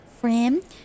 friend